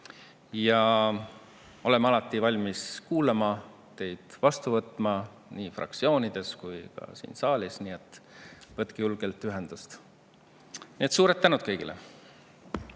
Oleme alati valmis kuulama, teid vastu võtma nii fraktsioonides kui ka siin saalis, nii et võtke julgelt ühendust. Suur tänu kõigile!